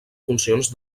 funcions